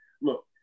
Look